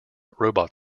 robot